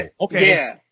Okay